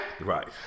Right